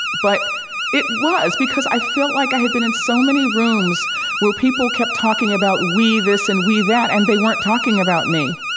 but it was, because i felt like i had been in so many rooms where people kept talking about we this, and we that, and they weren't talking about me.